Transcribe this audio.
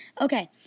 Okay